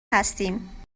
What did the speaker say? هستیم